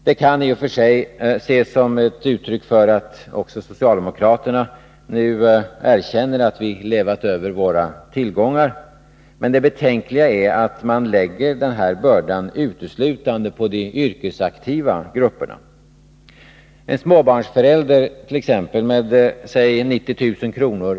Det kan i och för sig ses som uttryck för att också socialdemokraterna nu erkänner att vi levt över våra tillgångar. Men det betänkliga är att man lägger denna börda uteslutande på de yrkesaktiva grupperna. En småbarnsförälder t.ex. med säg 90 000 kr.